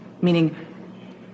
meaning